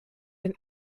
wenn